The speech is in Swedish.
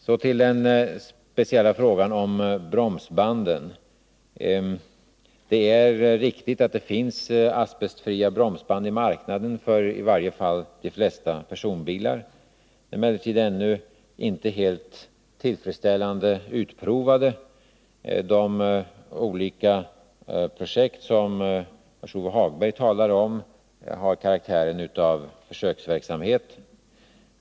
Så till den speciella frågan om bromsbanden. Det är riktigt att det finns asbestfria bromsband i marknaden för i varje fall de flesta personbilar. De är emellertid ännu inte helt tillfredsställande utprovade. De olika projekt som Lars-Ove Hagberg talar om har karaktären av försöksverksamhet.